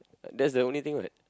that's the only thing what